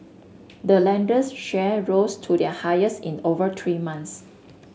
the lender's share rose to their highest in over three months